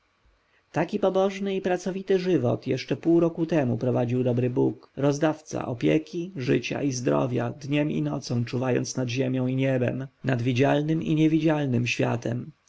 pobożny i pracowity żywot jeszcze pół roku temu prowadził dobry bóg rozdawca opieki życia i zdrowia dniem i nocą czuwając nad ziemią i niebem nad widzialnym i niewidzialnym światem